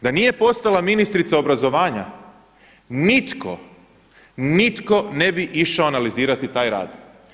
Da nije postala ministrica obrazovanja, nitko, nitko ne bi išao analizirati taj rad.